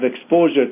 exposure